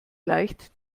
leicht